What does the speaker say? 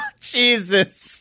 Jesus